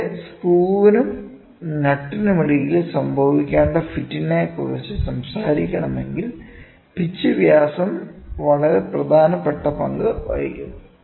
ഇവിടെ സ്ക്രൂവിനും നട്ടിനുമിടയിൽ സംഭവിക്കേണ്ട ഫിറ്റിനെക്കുറിച്ച് സംസാരിക്കണമെങ്കിൽ പിച്ച് വ്യാസം വളരെ പ്രധാനപ്പെട്ട പങ്ക് വഹിക്കുന്നു